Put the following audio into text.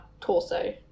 torso